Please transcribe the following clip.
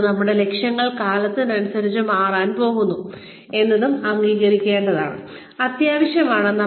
കൂടാതെ നമ്മുടെ ലക്ഷ്യങ്ങൾ കാലത്തിനനുസരിച്ച് മാറാൻ പോകുന്നു എന്നതും അംഗീകരിക്കേണ്ടത് അത്യാവശ്യമാണ്